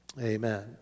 Amen